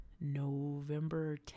November